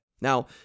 Now